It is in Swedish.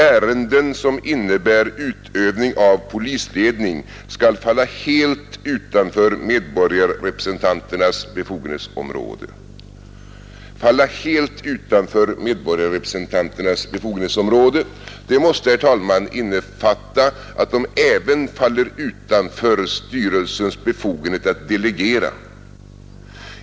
Ärenden som innebär utövning av polisledning skall falla helt utanför medborgarrepresentanternas befogenhetsområde.” ”Falla helt utanför medborgarrepresentanternas befogenhetsområde” — det måste, herr talman, innefatta att det även faller utanför styrelsens befogenhet att delegera.